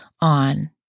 on